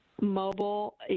mobile